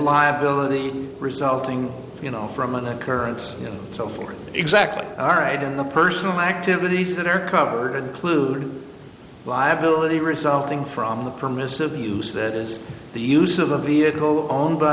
liability resulting you know from an occurrence and so forth exactly all right in the personal activities that are covered clude liability resulting from the permissive use that is the use of a vehicle on by